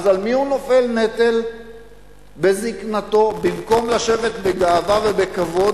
אז על מי הוא נופל כנטל בזיקנתו במקום לשבת בגאווה ובכבוד?